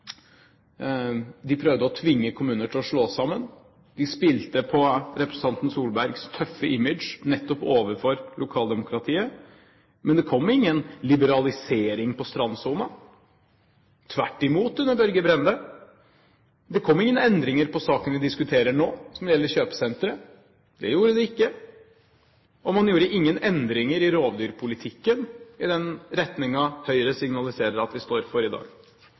de prøvde å tvinge kommuner til å slå seg sammen, de spilte på representanten Solbergs tøffe image nettopp overfor lokaldemokratiet, men det kom ingen liberalisering av strandsonen – tvert imot var tilfellet under Børge Brende. Det kom ingen endringer på saken vi diskuterer nå, som gjelder kjøpesentre. Det gjorde det ikke. Og man gjorde ingen endringer i rovdyrpolitikken i den retningen Høyre signaliserer at de står for i dag.